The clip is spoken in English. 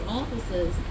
offices